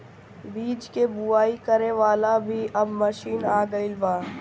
बीज के बोआई करे वाला भी अब मशीन आ गईल बा